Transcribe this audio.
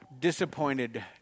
disappointed